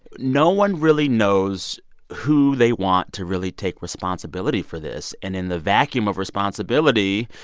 no one really knows who they want to really take responsibility for this. and in the vacuum of responsibility,